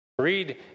Read